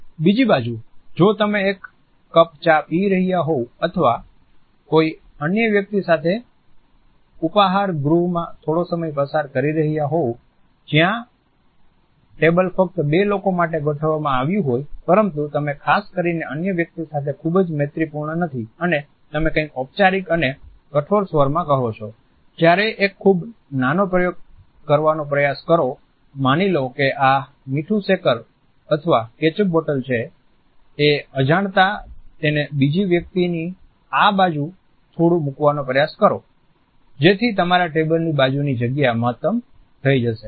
બીજી બાજુ જો તમે એક કપ ચા પી રહ્યા હોવ અથવા કોઈ અન્ય વ્યક્તિ સાથે ઉપાહારગૃહમાં થોડો સમય પસાર કરી રહ્યા હોવ જ્યાં ટેબલ ફક્ત બે લોકો માટે ગોઠવવામાં આવ્યું હોય પરંતુ તમે ખાસ કરીને અન્ય વ્યક્તિ સાથે ખૂબજ મૈત્રીપૂર્ણ નથી અને તમે કંઇક ઔપચારિક અને કઠોર સ્વરમાં કહો છો ત્યારે એક ખૂબ નાનો પ્રયોગ કરવાનો પ્રયાસ કરો માની લો કે આ મીઠું શેકર અથવા કેચઅપ બોટલ છે એ અજાણતા તેને બીજી વ્યકિતની આ બાજુ થોડું મૂકવાનો પ્રયાસ કરો જેથી તમારા ટેબલ ની બાજુ ની જગ્યા મહત્તમ થઈ જાય છે